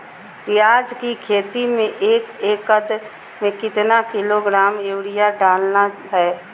प्याज की खेती में एक एकद में कितना किलोग्राम यूरिया डालना है?